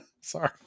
sorry